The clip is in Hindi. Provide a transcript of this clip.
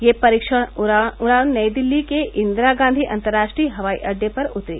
यह परीक्षण उड़ान नई दिल्ली के इन्दिरा गांधी अन्तर्राष्ट्रीय हवाई अड्डे पर उतरी